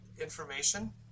information